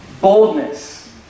boldness